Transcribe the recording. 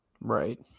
Right